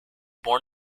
born